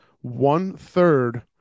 one-third